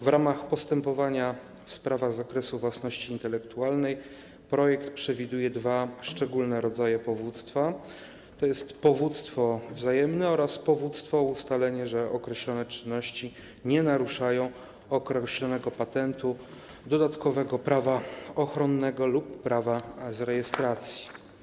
W ramach postępowania w sprawach z zakresu własności intelektualnej projekt przewiduje dwa szczególne rodzaje powództwa, tj. powództwo wzajemne oraz powództwo o ustalenie, że określone czynności nie naruszają określonego patentu, dodatkowego prawa ochronnego lub prawa z rejestracji.